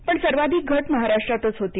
पण सर्वाधिक घट महाराष्ट्रातच होती